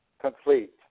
complete